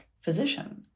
physician